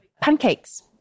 pancakes